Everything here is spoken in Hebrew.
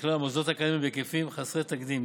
בכלל המוסדות האקדמיים בהיקפים חסרי תקדים,